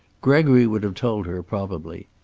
gregory would have told her, probably.